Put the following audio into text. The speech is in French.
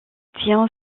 tient